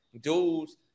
dudes